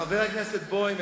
חבר הכנסת בוים,